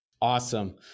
Awesome